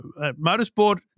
motorsport